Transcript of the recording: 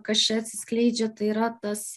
kas čia atsiskleidžia tai yra tas